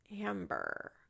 Amber